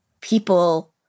people